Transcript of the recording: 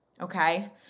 okay